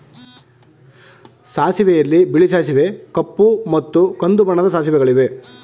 ಸಾಸಿವೆಯಲ್ಲಿ ಬಿಳಿ ಸಾಸಿವೆ ಕಪ್ಪು ಮತ್ತು ಕಂದು ಬಣ್ಣದ ಸಾಸಿವೆಗಳಿವೆ